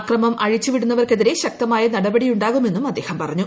അക്രമം അഴിച്ചുപ്പിടുന്നവർക്കെതിരെ ശക്തമായ നടപടിയുണ്ടാകുമെന്നും അദ്ദേഹം പറഞ്ഞു